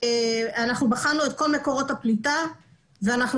אנחנו בחנו את כל מקורות הפליטה ואנחנו